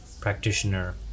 practitioner